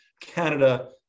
Canada